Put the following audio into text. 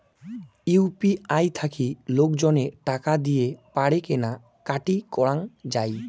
UPI থাকি লোকজনে টাকা দিয়ে পারে কেনা কাটি করাঙ যাই